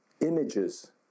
images